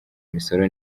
imisoro